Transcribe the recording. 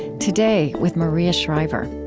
today, with maria shriver